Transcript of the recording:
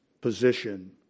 position